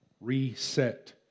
reset